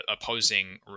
Opposing